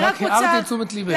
רק הערתי את תשומת לבך.